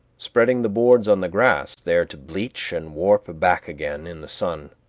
spreading the boards on the grass there to bleach and warp back again in the sun.